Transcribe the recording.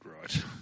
right